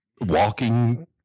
Walking